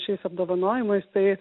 šiais apdovanojimais tai